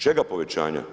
Čega povećanja?